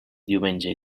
diumenge